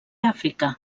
àfrica